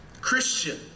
Christian